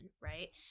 right